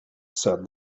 said